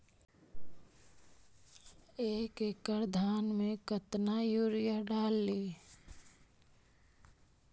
एक एकड़ धान मे कतना यूरिया डाली?